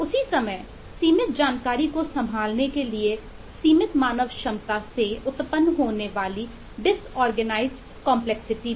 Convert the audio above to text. उसी समय सीमित जानकारी को संभालने के लिए सीमित मानव क्षमता से उत्पन्न होने वाली डिसऑर्गेनाइजड कंपलेक्सिटी